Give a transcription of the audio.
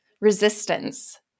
resistance